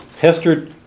Hester